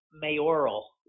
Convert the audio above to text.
mayoral